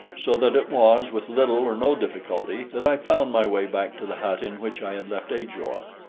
so that it was with little or no difficulty that i found my way back to the hut in which i had left ajor.